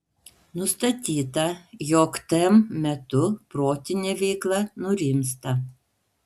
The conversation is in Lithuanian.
nustatyta jog tm metu protinė veikla nurimsta